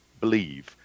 believe